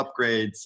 upgrades